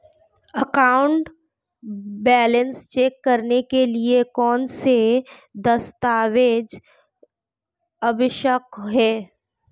Account balance check करने के लिए कौनसे दस्तावेज़ आवश्यक हैं?